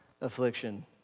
affliction